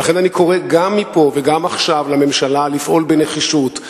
ולכן אני קורא גם מפה וגם עכשיו לממשלה לפעול בנחישות,